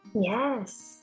Yes